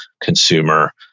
consumer